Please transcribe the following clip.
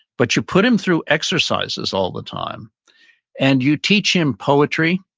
but you put him through exercises all the time and you teach him poetry.